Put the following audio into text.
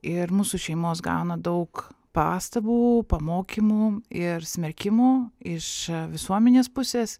ir mūsų šeimos gauna daug pastabų pamokymų ir smerkimo iš visuomenės pusės